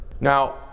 Now